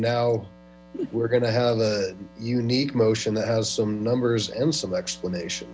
now we're going to have a unique motion that has some numbers and some explanation